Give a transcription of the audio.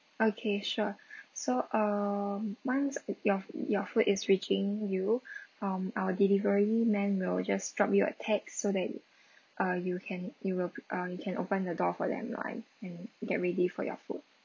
okay sure so um once your your food is reaching you um our delivery man will just drop you a text so that uh you can you will be uh you can open the door for them run and get ready for your food